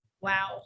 Wow